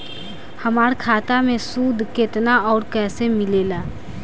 हमार खाता मे सूद केतना आउर कैसे मिलेला?